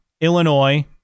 Illinois